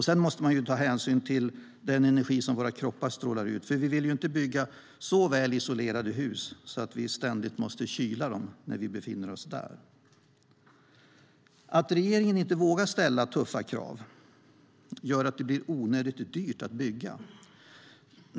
Sedan måste man ta hänsyn till den energi som strålar ut från våra kroppar, för vi vill ju inte bygga så väl isolerade hus att vi ständigt måste kyla dem när vi befinner oss där. Att regeringen inte vågar ställa tuffa krav gör att det blir onödigt dyrt att bygga.